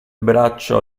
braccio